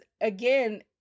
again